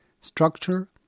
structure